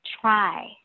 Try